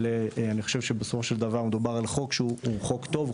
אבל אני חושב שבסופו של דבר מדובר על חוק שהוא חוק טוב,